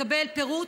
תקבל פירוט,